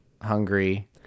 hungry